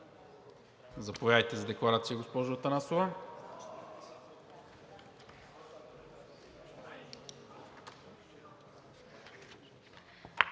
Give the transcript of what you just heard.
Заповядайте за декларация, госпожо Атанасова.